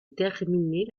terminer